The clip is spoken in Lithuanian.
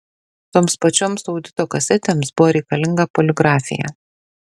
toms pačioms audio kasetėms buvo reikalinga poligrafija